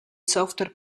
software